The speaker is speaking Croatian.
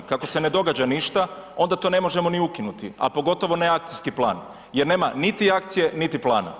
Kako se ne događa ništa onda to ne možemo ni ukinuti, pa pogotovo ne akcijski plan, jer nema niti akcije niti plana.